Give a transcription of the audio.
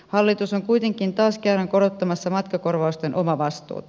hallitus on kuitenkin taas kerran korottamassa matkakorvausten omavastuuta